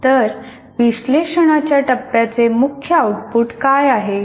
तर विश्लेषणाच्या टप्प्याचे मुख्य आउटपुट काय आहे